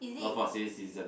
not for senior citizen